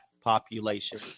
population